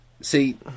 See